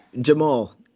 Jamal